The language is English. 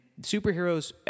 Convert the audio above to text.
superheroes